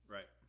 Right